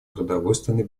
продовольственной